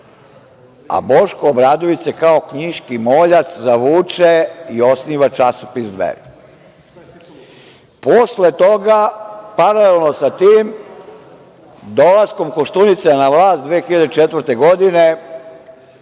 a Boško Obradović se kao knjiški moljac zavuče i osniva časopis „Dveri“.Posle toga, paralelno sa tim, dolaskom Koštunice na vlast 2004. godine,